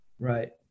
Right